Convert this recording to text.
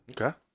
okay